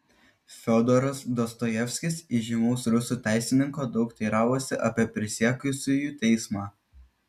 fiodoras dostojevskis įžymaus rusų teisininko daug teiravosi apie prisiekusiųjų teismą